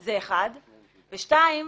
ושניים,